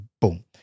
Boom